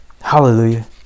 Hallelujah